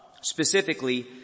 Specifically